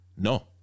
no